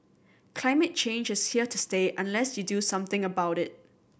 climate change is here to stay unless you do something about it